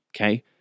Okay